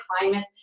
climate